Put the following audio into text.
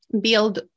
build